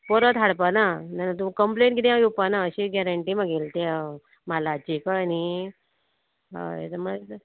परत हाडपाना नाल्या तूं कंप्लेन किदें येवपाना अशी गॅरंटी मागीर ती म्हालाची कळ्ळे न्ही हय